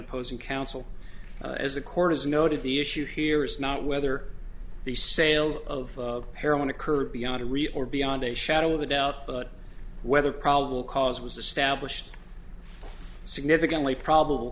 opposing counsel as the court has noted the issue here is not whether the sale of heroin occurred beyond a real or beyond a shadow of a doubt but whether probable cause was established significantly probable